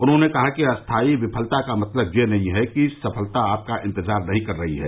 उन्होंने कहा कि अस्थायी विफलता का मतलब यह नहीं है कि सफलता आपका इंतजार नहीं कर रही है